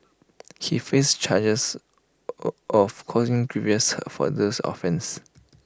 he faced charges of causing grievous hurt for these offence